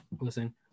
listen